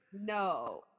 no